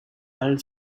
all